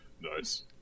Nice